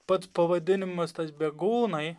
pats pavadinimas tas bėgūnai